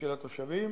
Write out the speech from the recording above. של התושבים,